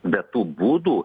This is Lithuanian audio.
bet tų būdų